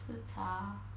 CHICHA